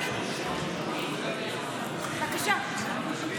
אבל הוא פנה אליי.